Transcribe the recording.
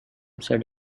said